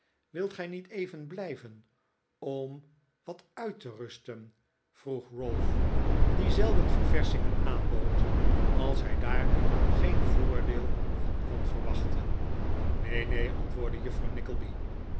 wilt gij niet even blijven om wat uit te rusten vroeg ralph die zelden ververschingen aanbood als hij daar geen voordeel van kon verwachten neen neen antwoordde juffrouw